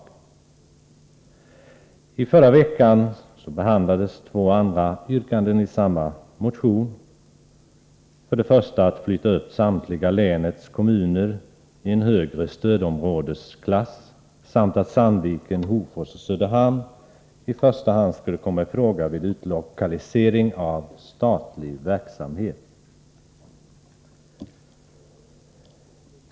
Förra veckan behandlades två andra yrkanden i samma motion — att man skulle flytta upp samtliga länets kommuner i en högre stödområdesklass, samt att Sandviken, Hofors och Söderhamn i första hand skulle komma i fråga vid utlokalisering av statlig verksamhet.